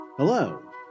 Hello